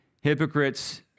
hypocrites